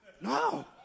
No